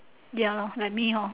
ya lor like me lor